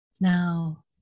Now